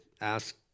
ask